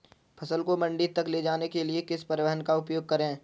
फसल को मंडी तक ले जाने के लिए किस परिवहन का उपयोग करें?